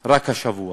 רק השבוע.